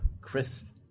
Chris